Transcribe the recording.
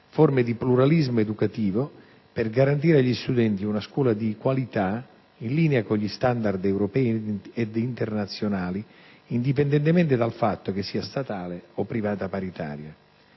forme di pluralismo educativo, per garantire agli studenti una scuola di qualità, in linea con gli standard europei ed internazionali, indipendentemente dal fatto che sia statale o privata paritaria.